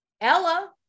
Ella